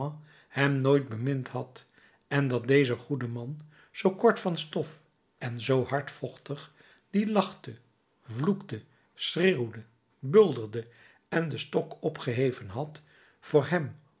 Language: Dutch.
hem nooit bemind had en dat deze goede man zoo kort van stof en zoo hardvochtig die lachte vloekte schreeuwde bulderde en den stok opgeheven had voor hem